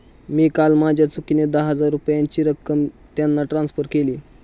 मी काल माझ्या चुकीने दहा हजार रुपयांची रक्कम त्यांना ट्रान्सफर केली